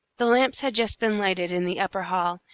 the lamps had just been lighted in the upper hall,